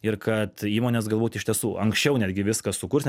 ir kad įmonės galbūt iš tiesų anksčiau netgi viską sukurs